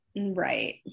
Right